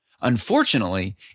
Unfortunately